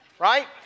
right